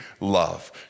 love